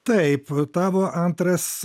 taip tavo antras